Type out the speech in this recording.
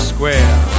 Square